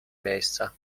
miejsca